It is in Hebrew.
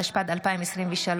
התשפ"ד 2023,